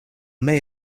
may